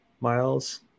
miles